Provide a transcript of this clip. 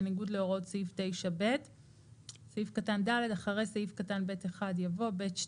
בניגוד להוראות סעיף 9(ב);"; (ד)אחרי סעיף קטן (ב1) יבוא: "(ב2)